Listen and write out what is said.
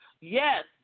Yes